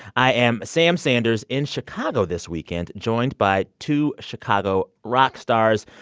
i am sam sanders in chicago this weekend joined by two chicago rock stars.